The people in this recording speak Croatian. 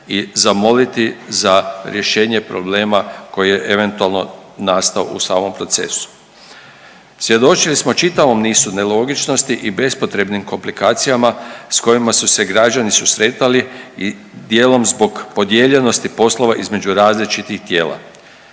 i zamoliti za rješenje problema koji je eventualno nastao u samom procesu. Svjedočili smo čitavom nizu nelogičnosti i bespotrebnim komplikacijama s kojima su se građani susretali i djelom zbog podijeljenosti poslova između različitih tijela.